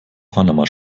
panama